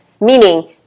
Meaning